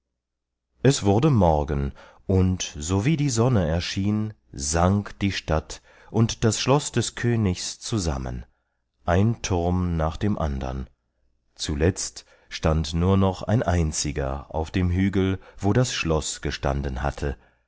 es wurde morgen und sowie die sonne erschien sank die stadt und das schloß des königs zusammen ein turm nach dem andern zuletzt stand nur noch ein einziger auf dem hügel wo das schloß gestanden hatte